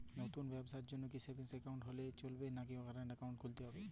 নতুন ব্যবসার জন্যে কি সেভিংস একাউন্ট হলে চলবে নাকি কারেন্ট একাউন্ট খুলতে হবে?